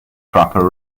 proper